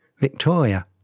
Victoria